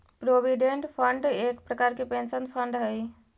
provident fund एक प्रकार के पेंशन फंड हई